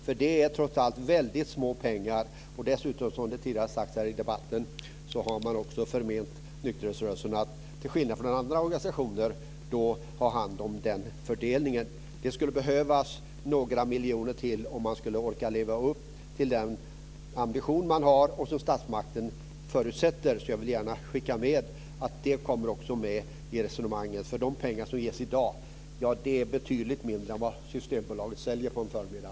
Det rör sig trots allt om väldigt små pengar. Man har dessutom, som sagts tidigare här i debatten, till skillnad från vad som gäller för andra organisationer, förmenat nykterhetsrörelsen att ha hand om fördelningen av medlen. Det skulle behövas några miljoner till för att man ska orka leva upp till den ambition som man har och som förutsätts av statsmakten. Jag vill gärna skicka med att också detta bör tas med i resonemanget. De pengar som ges i dag är betydligt mindre än vad Systembolaget säljer på en förmiddag.